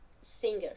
singer